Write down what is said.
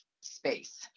space